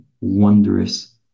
wondrous